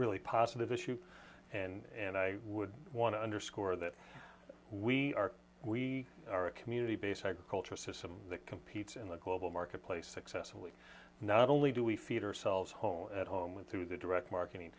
really positive issue and i would want to underscore that we are we are a community based agriculture system that competes in the global marketplace successfully not only do we feed ourselves home at home with through the direct marketing